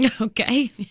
Okay